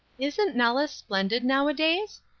isn't nellis splendid nowadays?